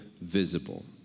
visible